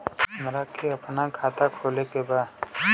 हमरा के अपना खाता खोले के बा?